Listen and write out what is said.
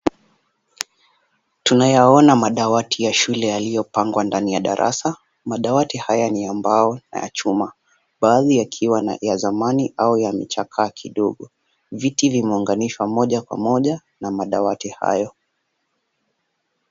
Tunayaona madawati ya shule yaliyopangwa ndani ya darasa ,madawati haya ni ya mbao na ya chuma baadhi yakiwa ya zamani au yamechakaa kidogo ,viti vimeunganishwa moja kwa moja na madawati hayo.